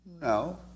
No